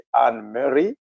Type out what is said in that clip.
Anne-Marie